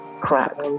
crap